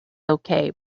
okay